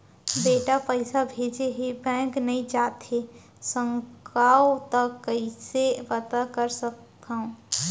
बेटा पइसा भेजे हे, बैंक नई जाथे सकंव त कइसे पता कर सकथव?